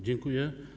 Dziękuję.